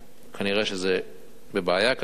כנראה זה בבעיה כרגע.